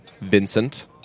Vincent